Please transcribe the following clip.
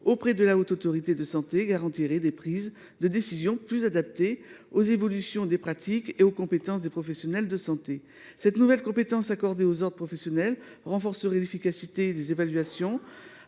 auprès de la HAS garantirait des décisions plus adaptées aux évolutions des pratiques et aux compétences des professionnels de santé. Cette nouvelle compétence accordée aux ordres renforcerait l’efficacité des évaluations,